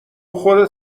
خودت